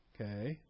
Okay